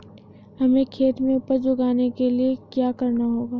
हमें खेत में उपज उगाने के लिये क्या करना होगा?